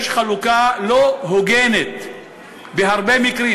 יש חלוקה לא הוגנת בהרבה מקרים.